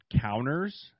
counters